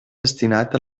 destinat